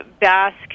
Basque